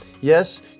Yes